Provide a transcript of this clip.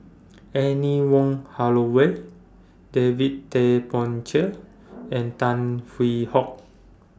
Anne Wong Holloway David Tay Poey Cher and Tan Hwee Hock